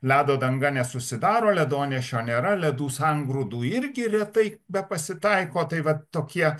ledo danga nesusidaro ledonešio nėra ledų sangrūdų irgi retai bepasitaiko tai vat tokie